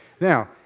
Now